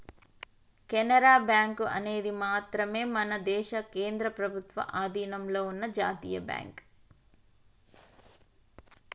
Canara bank అనేది మాత్రమే మన దేశ కేంద్ర ప్రభుత్వ అధీనంలో ఉన్న జాతీయ బ్యాంక్